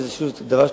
כי זה קשור אלי,